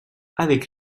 avec